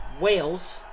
Wales